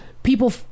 People